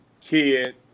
kid